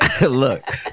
Look